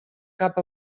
cap